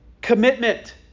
commitment